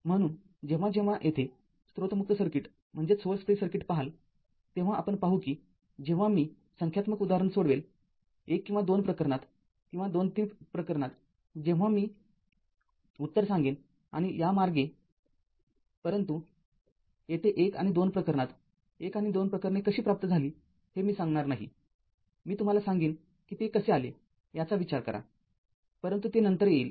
म्हणून जेव्हा जेव्हा येथे स्त्रोत मुक्त सर्किट पहाल तेव्हा आपण पाहू कि जेव्हा मी संख्यात्मक उदाहरण सोडवेन१ किंवा २ प्रकरणात किंवा २ ३ प्रकरणात तेव्हा मी उत्तर सांगेन आणि या मार्गे परंतु येथे १ आणि २ प्रकरणात १ आणि २ प्रकरणे कशी प्राप्त झाली हे मी सांगणार नाही मी तुम्हाला सांगेन कि ते कसे आले याचा विचार करापरंतु ते नंतर येईल